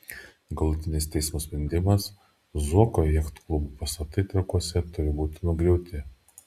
galutinis teismo sprendimas zuoko jachtklubo pastatai trakuose turi būti nugriauti